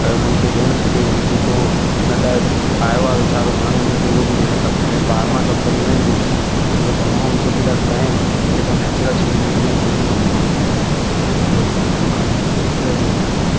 हुननि खे ॾियणो खपे जेको हुन लाइ आयो आहे वीचारो माण्हू हुनखे उहो बि ॾियणु खपे ऐं फार्मा कंपनी आहियूं आहिनि जेकी उहा दवाऊं बि सुठी था ठाहिनि जेका नेचरल शयूं हूंदियूं आहिनि उन्हनि मां दवाऊं ठाहिनि इहो मुंहिंजो चवणु आहे जय झूलेलाल